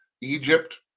Egypt